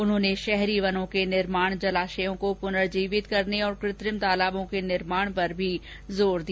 उन्होंने शहरी वनों के निर्माण जलाशयों को पुनर्जीवित करने और कृत्रिम तालाबों के निर्माण पर भी जोर दिया